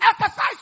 exercise